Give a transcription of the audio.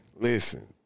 Listen